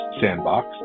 Sandbox